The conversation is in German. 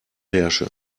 herrsche